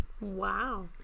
Wow